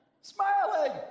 Smiling